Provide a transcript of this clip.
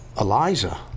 Eliza